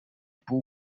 pół